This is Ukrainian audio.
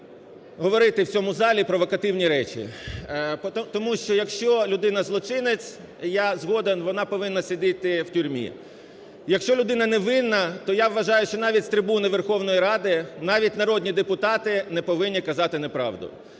я вважаю, що навіть з трибуни Верховної Ради, навіть народні депутати не повинні казати неправду.